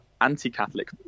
anti-Catholic